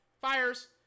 Fires